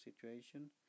situation